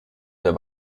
der